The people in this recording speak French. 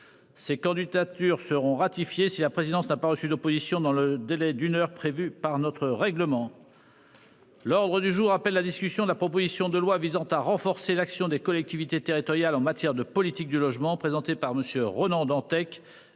C'est quand dictature seront ratifiées si la présidence n'a pas reçu d'opposition dans le délai d'une heure prévue par notre règlement. L'ordre du jour appelle la discussion de la proposition de loi visant à renforcer l'action des collectivités territoriales en matière de politique du logement présenté par Monsieur Ronan Dantec